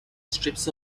strips